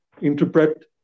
interpret